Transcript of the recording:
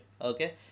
okay